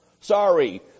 Sorry